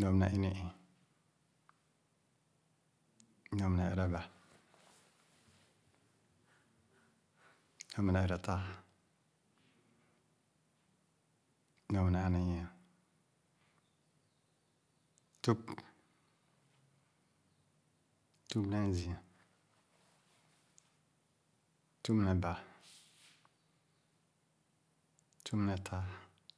lõp ne ini-ii, lõp ne ereba, lõp ne eretaa, lõp ne aniinyia, tüp. Tüp ne azii, tüp ne baa, tüp ne taa